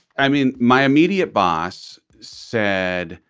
i mean, my immediate boss said